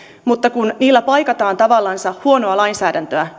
mutta kun niillä paikataan tavallansa huonoa lainsäädäntöä